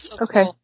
okay